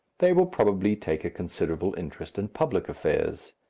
they will probably take a considerable interest in public affairs.